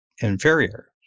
inferior